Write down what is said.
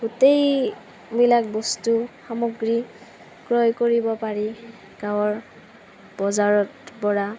গোটেইবিলাক বস্তু সামগ্ৰী ক্ৰয় কৰিব পাৰি গাঁৱৰ বজাৰত পৰা